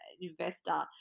investor